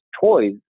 toys